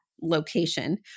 location